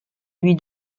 lui